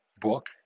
book